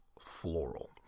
floral